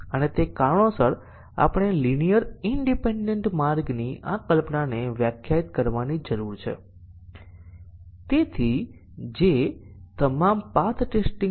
તે કિસ્સામાં આપણે ફક્ત કન્ડીશન કવરેજ પ્રાપ્ત કરી શકીએ છીએ મલ્ટીપલ કંડિશન કવરેજ ફક્ત 13 સાથે છે